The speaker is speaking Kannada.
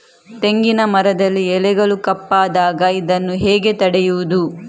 ತೆಂಗಿನ ಮರದಲ್ಲಿ ಎಲೆಗಳು ಕಪ್ಪಾದಾಗ ಇದನ್ನು ಹೇಗೆ ತಡೆಯುವುದು?